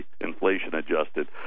inflation-adjusted